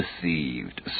deceived